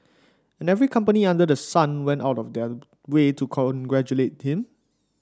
and every company under the sun went out of their way to congratulate him